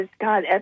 God